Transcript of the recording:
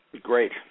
Great